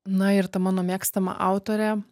na ir ta mano mėgstama autorė